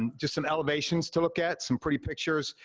and just some elevations to look at. some pretty pictures.